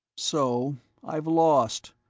so i've lost,